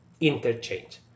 interchange